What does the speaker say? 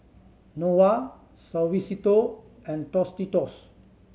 Nova Suavecito and Tostitos